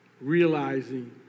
realizing